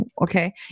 Okay